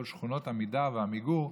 כל שכונות עמידר ועמיגור,